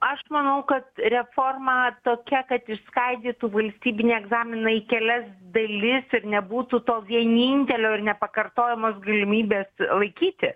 aš manau kad reforma tokia kad išskaidytų valstybinį egzaminą į kelias dalis ir nebūtų to vienintelio ir nepakartojamos galimybės laikyti